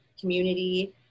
community